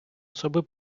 особи